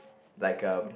like uh